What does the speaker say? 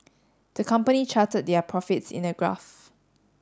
the company charted their profits in a graph